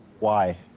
why?